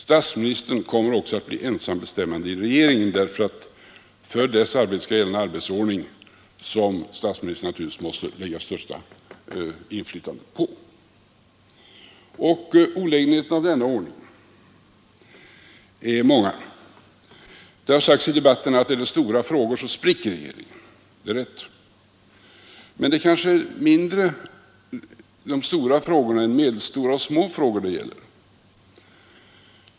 Statsministern kommer också att bli ensambestämmande i regeringen därför att för dess arbete skall gälla en arbetsordning som statsministern naturligtvis måste äga största inflytande på. Olägenheterna av denna ordning är många. Det har sagts i debatten att är det stora frågor så spricker regeringen. Det är rätt. Men det är kanske i mindre utsträckning de stora frågorna än medelstora och små frågor det gäller.